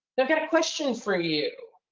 i've got a question for you.